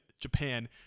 Japan